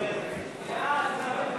הצעת סיעות